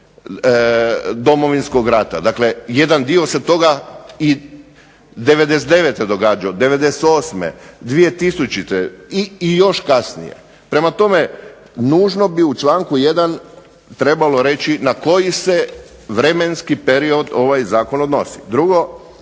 Domovinskog rata. Dakle, jedan dio se toga i '99. događao, '98., 2000. i još kasnije. Prema tome, nužno bi u članku 1. trebalo reći na koji se vremenski period ovaj zakon odnosi. Drugo,